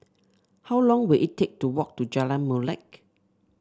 how long will it take to walk to Jalan Molek